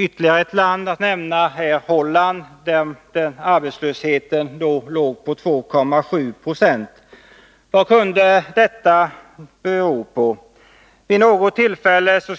Ytterligare ett land som kan nämnas är Holland, där arbetslösheten då låg på 2,7 2. Vad kunde detta bero på? Det